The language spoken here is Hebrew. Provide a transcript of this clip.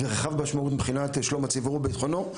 ורחב משמעות מבחינת שלום הציבור וביטחונו,